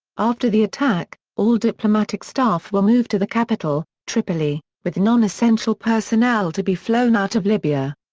after the attack, all diplomatic staff were moved to the capital, tripoli, with nonessential personnel to be flown out of libya.